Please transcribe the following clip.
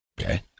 okay